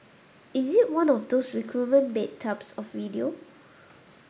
is it one of those recruitment bait types of video